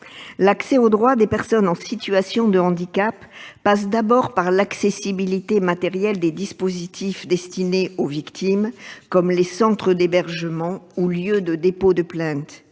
L'accès aux droits des personnes en situation de handicap passe d'abord par l'accessibilité matérielle des dispositifs destinés aux victimes, comme les centres d'hébergement ou lieux de dépôt de plainte.